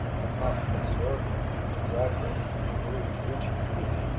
had not absurdly exaggerated the degree to which he.